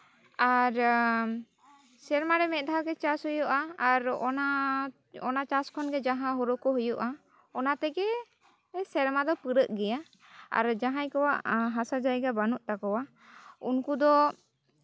ᱟᱨ ᱥᱮᱨᱢᱟᱨᱮ ᱢᱤᱫ ᱫᱷᱟᱣ ᱜᱮ ᱪᱟᱥ ᱦᱩᱭᱩᱜᱼᱟ ᱟᱨ ᱚᱱᱟ ᱪᱟᱥ ᱠᱷᱚᱱᱜᱮ ᱡᱟᱦᱟᱸ ᱦᱩᱲᱩ ᱠᱚ ᱦᱩᱭᱩᱜᱼᱟ ᱚᱱᱟ ᱛᱮᱜᱮ ᱥᱮᱨᱢᱟ ᱫᱚ ᱯᱩᱨᱟᱹᱜ ᱜᱮᱭᱟ ᱟᱨᱚ ᱡᱟᱦᱟᱸᱭ ᱠᱚᱣᱟᱜ ᱦᱟᱥᱟ ᱡᱟᱭᱜᱟ ᱵᱟᱹᱱᱩᱜ ᱛᱟᱠᱚᱣᱟ ᱩᱱᱠᱩ ᱫᱚ